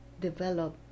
develop